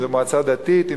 אם מועצה דתית,